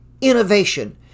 innovation